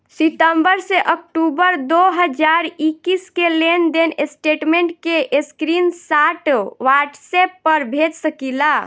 सितंबर से अक्टूबर दो हज़ार इक्कीस के लेनदेन स्टेटमेंट के स्क्रीनशाट व्हाट्सएप पर भेज सकीला?